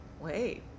wait